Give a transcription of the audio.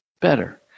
better